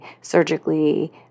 surgically